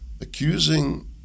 accusing